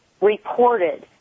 reported